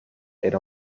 era